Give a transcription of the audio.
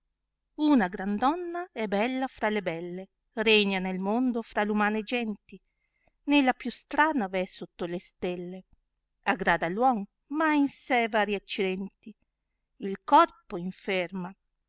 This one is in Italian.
una gran donna e bella fra le belle regna nel mondo fra umane genti né la più strana v è sotto le stelle aggrada uomo ma ha in sé vari accidenti corpo inferma